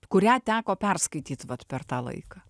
kurią teko perskaityt vat per tą laiką